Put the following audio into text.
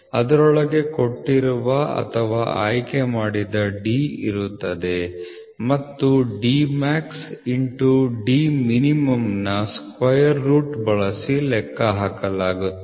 ಅದರೊಳಗೆ ಕೊಟ್ಟಿರುವ ಅಥವಾ ಆಯ್ಕೆಮಾಡಿದ D ಇರುತ್ತದೆ ಮತ್ತು D max D min ನ ಸ್ಕ್ವೇರ್ ರೂಟ್ ಬಳಸಿ ಲೆಕ್ಕಹಾಕಲಾಗುತ್ತದೆ